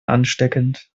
ansteckend